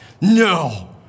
No